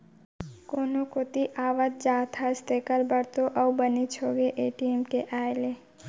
कोनो कोती आवत जात हस तेकर बर तो अउ बनेच होगे ए.टी.एम के आए ले